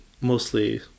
mostly